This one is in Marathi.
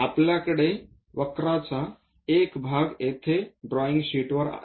आपल्याकडे वक्रचा एक भाग येथे ड्रॉईंग शीटवर आहे